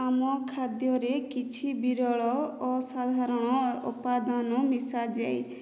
ଆମ ଖାଦ୍ୟରେ କିଛି ବିରଳ ଓ ଅସାଧାରଣ ଉପାଦାନ ମିଶାଯାଇ